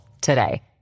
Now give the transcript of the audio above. today